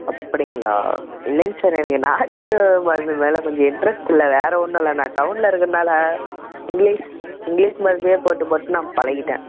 அப்படிங்களா இல்லைங்க சார் எனக்கு நாட்டு மருந்து மேலே கொஞ்சம் இன்ட்ரெஸ்ட்டு இல்லை வேறு ஒன்றும் இல்லை நான் டவுனில் இருக்கறதுனால இங்கிலீஷ் இங்கிலீஷ் மருந்தப் போட்டுப் போட்டு நான் பழகிட்டேன்